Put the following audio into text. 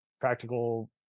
practical